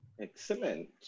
Excellent